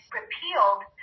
repealed